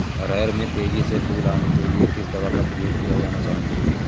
अरहर में तेजी से फूल आने के लिए किस दवा का प्रयोग किया जाना चाहिए?